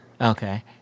Okay